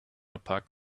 opaque